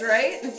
Right